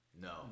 No